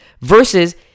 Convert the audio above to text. Versus